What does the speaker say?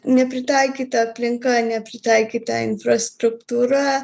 nepritaikyta aplinka nepritaikyta infrastruktūra